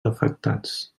afectats